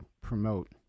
promote